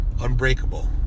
Unbreakable